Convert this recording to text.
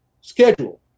schedule